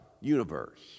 universe